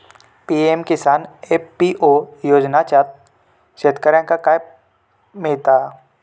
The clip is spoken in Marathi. पी.एम किसान एफ.पी.ओ योजनाच्यात शेतकऱ्यांका काय मिळता?